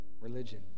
religion